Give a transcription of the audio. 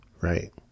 right